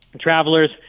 travelers